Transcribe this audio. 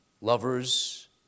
lovers